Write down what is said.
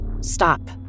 Stop